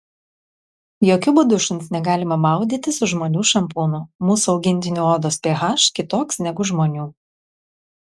jokiu būdu šuns negalima maudyti su žmonių šampūnu mūsų augintinių odos ph kitoks negu žmonių